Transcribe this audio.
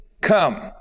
Come